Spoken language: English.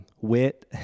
wit